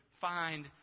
find